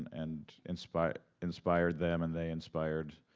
and inspired inspired them and they inspired,